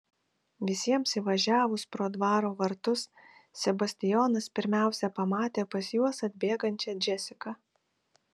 visiems įvažiavus pro dvaro vartus sebastijonas pirmiausia pamatė pas juos atbėgančią džesiką